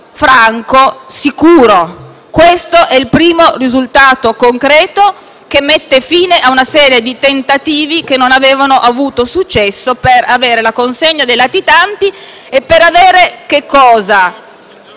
franco. Questo è il primo risultato concreto, che mette fine a una serie di tentativi che non avevano avuto successo per ottenere la consegna dei latitanti e conseguire